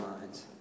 minds